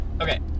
Okay